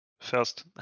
first